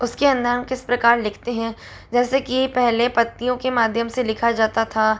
उसके अंदर हम किस प्रकार लिखते हैं जैसे कि पहले पत्तियों के माध्यम से लिखा जाता था